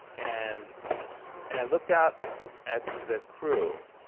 and and i looked out at the crew.